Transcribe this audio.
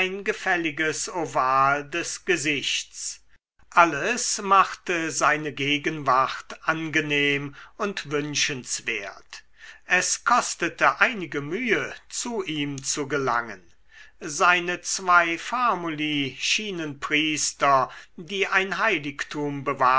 gefälliges oval des gesichts alles machte seine gegenwart angenehm und wünschenswert es kostete einige mühe zu ihm zu gelangen seine zwei famuli schienen priester die ein heiligtum